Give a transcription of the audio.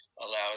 allow